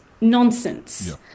nonsense